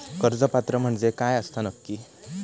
कर्ज पात्र म्हणजे काय असता नक्की?